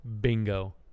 bingo